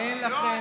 מה לכם ולעם?